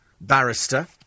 barrister